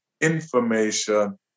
information